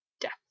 death